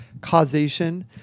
causation